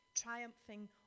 triumphing